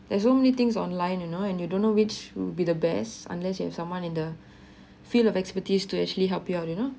there's so many things online you know and you don't know which would be the best unless you have someone in the field of expertise to actually help you out you know